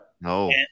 No